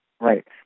Right